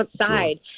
outside